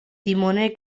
timoner